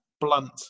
blunt